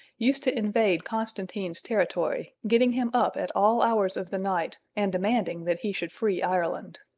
used to invade constantine's territory, getting him up at all hours of the night and demanding that he should free ireland.